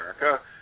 America